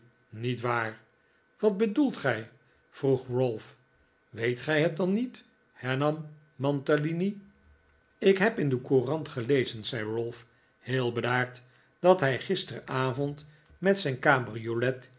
niet waar wat bedoelt gij vroeg ralph weet gij het dan niet hernam mantalini ik heb in de courant gelezen zei ralph heel bedaard dat hij gisteravond met zijn cabriolet